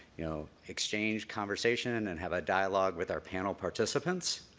you know, exchange conversation, and have a dialogue with our panel participants.